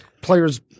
players